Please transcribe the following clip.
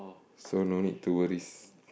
so no need to worries